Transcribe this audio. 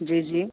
جی جی